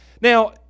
Now